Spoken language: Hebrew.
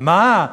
מה,